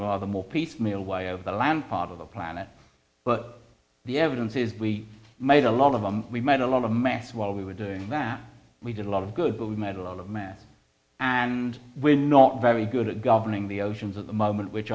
rather more piecemeal way over the land part of the planet but the evidence is we made a lot of them we made a lot of mass while we were doing that we did a lot of good but we made a lot of math and we're not very good at governing the oceans at the moment which